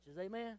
amen